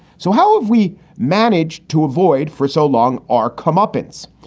so how have we managed to avoid for so long our comeuppance?